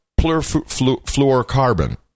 Fluorocarbon